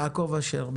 חה"כ יעקב אשר,